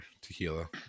tequila